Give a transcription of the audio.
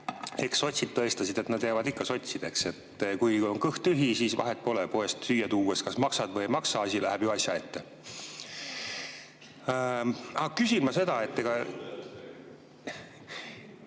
eks sotsid tõestasid, et nad jäävad ikka sotsideks. Kui on kõht tühi, siis vahet pole, poest süüa tuues kas maksad või ei maksa, asi läheb ju asja ette. Aga küsin ma seda, et